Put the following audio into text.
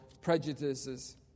prejudices